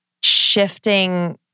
shifting